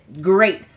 great